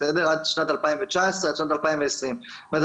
עד שנת 2019 או 2020. זאת אומרת,